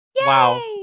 Wow